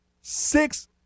Six